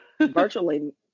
Virtually